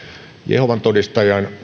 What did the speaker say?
jehovan todistajien